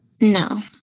No